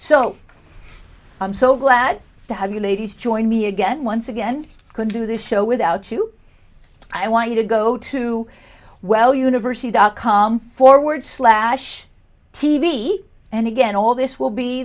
so i'm so glad to have you ladies join me again once again i could do this show without you i want you to go to well university dot com forward slash t v and again all this will be